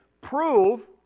prove